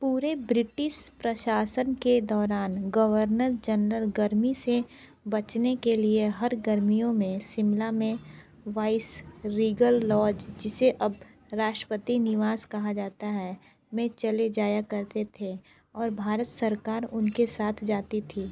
पूरे ब्रिटिश प्रशासन के दौरान गवर्नर जनरल गर्मी से बचने के लिए हर गर्मियों में शिमला में वाइसरीगल लॉज जिसे अब राष्ट्रपति निवास कहा जाता है में चले जाया करते थे और भारत सरकार उनके साथ जाती थी